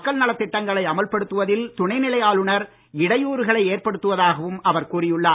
மக்கள் நலத் திட்டங்களை அமல் படுத்துவதில் துணைநிலை ஆளுனர் இடையூறுகளை ஏற்படுத்துவதாகவும் அவர் கூறியுள்ளார்